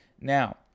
Now